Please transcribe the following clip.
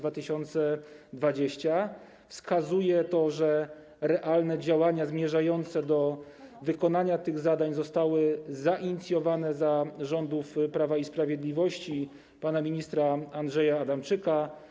Wskazuje to, że realne działania zmierzające do wykonania tych zadań zostały zainicjowane za rządów Prawa i Sprawiedliwości, pana ministra Andrzeja Adamczyka.